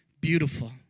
beautiful